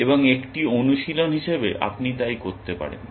এবং একটি অনুশীলন হিসাবে আপনি তাই করতে পারেন